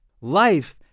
Life